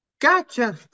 Gotcha